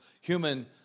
human